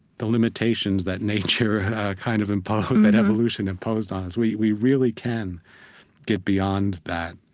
the limitations that nature kind of imposed, that evolution imposed on us. we we really can get beyond that